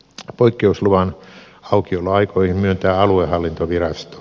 poik keusluvan aukioloaikoihin myöntää aluehallintovirasto